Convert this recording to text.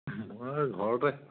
মই ঘৰতে